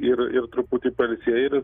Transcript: ir ir truputį pailsėję ir